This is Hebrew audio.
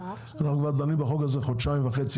אנחנו מטפלים בחומר הזה חודשיים וחצי